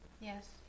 Yes